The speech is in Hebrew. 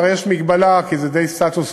כבר יש מגבלה כי זה די סטטוס-קוו,